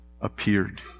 appeared